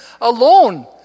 alone